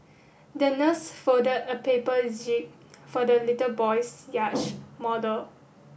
the nurse folded a paper jib for the little boy's yacht model